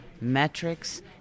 metrics